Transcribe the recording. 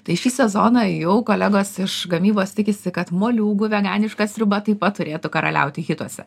tai šį sezoną jau kolegos iš gamybos tikisi kad moliūgų veganiška sriuba taip pat turėtų karaliauti hituose